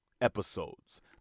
episodes